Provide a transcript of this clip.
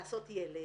לעשות ילד,